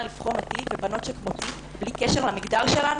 לבחון אותי ובנות שכמותי בלי קשר למגדר שלנו?